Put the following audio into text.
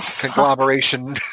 conglomeration